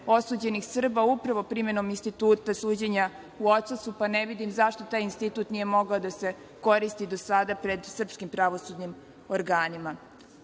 osuđenih Srba upravo primenom instituta suđenja u odsustvu, pa ne vidim zašto taj institut nije mogao da se koristi do sada pred srpskim pravosudnim organima. Kada